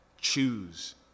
choose